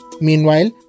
Meanwhile